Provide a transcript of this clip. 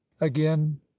again